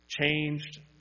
changed